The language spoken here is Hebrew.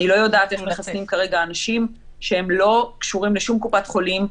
אני לא יודעת איך מחסנים כרגע אנשים שהם לא קשורים לשום קופת חולים,